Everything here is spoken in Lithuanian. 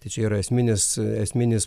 tai čia yra esminis esminis